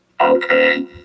Okay